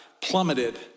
plummeted